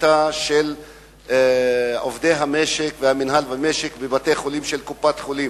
השביתה של עובדי המינהל והמשק בבתי-חולים של קופת-חולים.